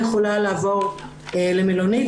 יכולה לעבור למלונית.